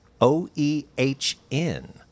O-E-H-N